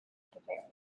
bavaria